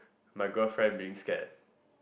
my girlfriend being scared